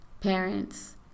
parents